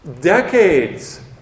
Decades